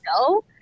No